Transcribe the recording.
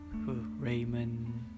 Raymond